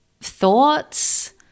thoughts